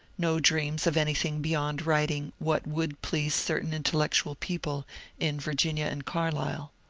no dreams of anything beyond writing what would please certain intellectual people in virginia and carlisle.